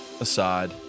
aside